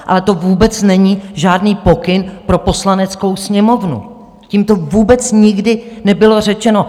Ale to vůbec není žádný pokyn pro Poslaneckou sněmovnu, tím to vůbec nikdy nebylo řečeno.